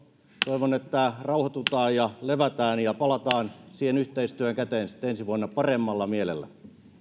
toivon että rauhoitutaan ja levätään ja palataan siihen yhteistyön käteen sitten ensi vuonna paremmalla mielellä